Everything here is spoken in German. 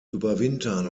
überwintern